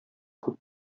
күп